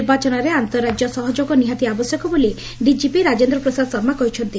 ନିର୍ବାଚନରେ ଆନ୍ତଃ ରାଜ୍ୟ ସହଯୋଗ ନିହାତି ଆବଶ୍ୟକ ବୋଲି ଡିଜିପି ରାଜେନ୍ଦ୍ର ପ୍ରସାଦ ଶର୍ମା କହିଛନ୍ତି